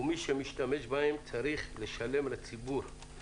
ומי שמשתמש בהם צריך לשלם לציבור,